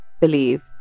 believe